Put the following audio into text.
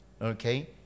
okay